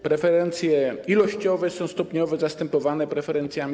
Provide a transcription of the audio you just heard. Preferencje ilościowe są stopniowo zastępowane preferencjami